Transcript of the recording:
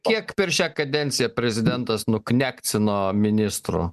kiek per šią kadenciją prezidentas nuknekcino ministrų